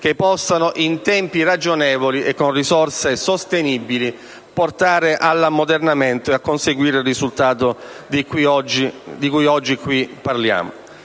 che in tempi ragionevoli e con risorse sostenibili possano portare all'ammodernamento e a conseguire il risultato di cui oggi qui parliamo.